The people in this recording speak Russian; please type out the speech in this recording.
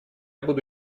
буду